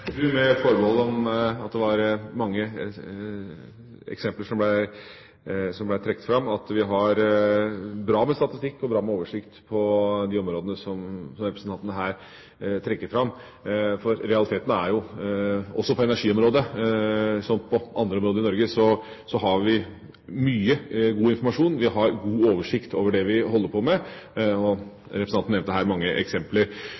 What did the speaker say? med forbehold om at det var mange eksempler som ble trukket fram, at vi har bra med statistikk og bra med oversikt på de områdene som representanten her trekker fram. Realiteten er jo, på energiområdet som på andre områder i Norge, at vi har mye god informasjon, vi har god oversikt over det vi holder på med – og representanten nevnte her mange eksempler.